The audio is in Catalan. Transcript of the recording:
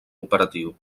operatiu